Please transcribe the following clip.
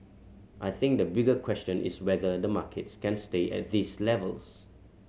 I think the bigger question is whether the markets can stay at these levels